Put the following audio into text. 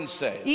say